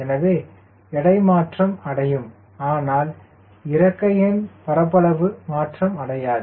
எனவே எடை மாற்றம் அடையும் ஆனால் இறக்கையின் பரப்பளவு மாற்றம் அடையாது